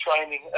training